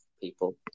people